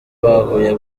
bahuye